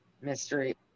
mystery